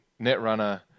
Netrunner